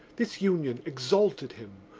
this union exalted him,